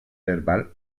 verbal